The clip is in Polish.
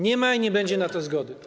Nie ma i nie będzie na to zgody.